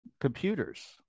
computers